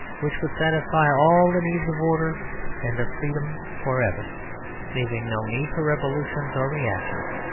which would satisfy all the needs of order and of freedom forever leaving no need for revolutions or reactions.